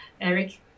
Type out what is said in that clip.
Eric